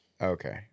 okay